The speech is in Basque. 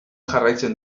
jarraitzen